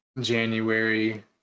January